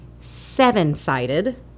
seven-sided